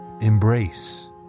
embrace